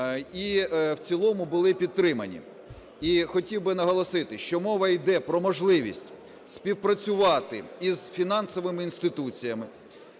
і в цілому були підтримані. І хотів би наголосити, що мова йде про можливість співпрацювати із фінансовими інституціями,